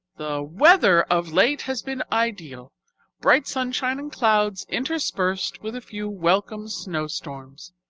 the weather of late has been ideal bright sunshine and clouds interspersed with a few welcome snow-storms.